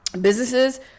businesses